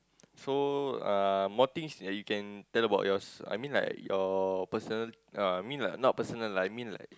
so uh more things that you can tell about yours I mean like your personal uh I mean like not personal lah I mean like